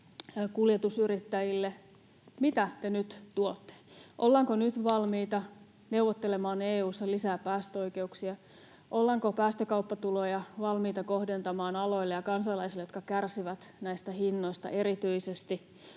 kuljetusyrittäjille? Mitä te nyt tuotte? Ollaanko nyt valmiita neuvottelemaan EU:ssa lisää päästöoikeuksia? Ollaanko päästökauppatuloja valmiita kohdentamaan aloille ja kansalaisille, jotka kärsivät näistä hinnoista erityisesti?